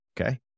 Okay